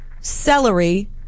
celery